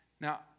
Now